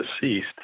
deceased